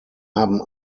haben